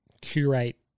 curate